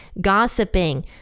gossiping